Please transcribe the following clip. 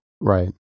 Right